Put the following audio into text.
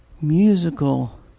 musical